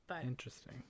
Interesting